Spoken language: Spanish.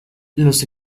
los